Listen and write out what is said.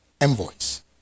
envoys